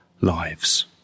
lives